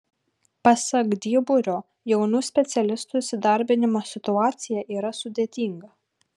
pasak dyburio jaunų specialistų įsidarbinimo situacija yra sudėtinga